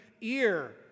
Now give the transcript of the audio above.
ear